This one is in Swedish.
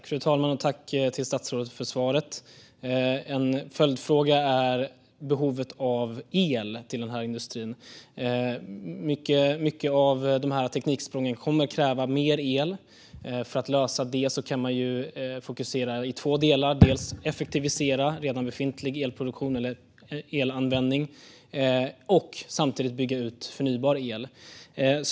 Fru talman! Tack, statsrådet, för svaret! Jag har en följdfråga om behovet av el till den här industrin. Många av tekniksprången kommer att kräva mer el. För att lösa det kan man fokusera på två delar: att effektivisera redan befintlig elproduktion eller elanvändning och samtidigt bygga ut förnybar el.